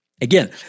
Again